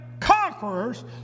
conquerors